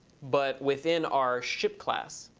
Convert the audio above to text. but within our ship class.